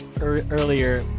earlier